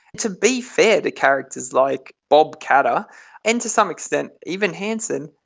to be fair to characters like bob katter and, to some extent, even hanson,